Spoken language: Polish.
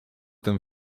tym